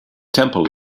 temple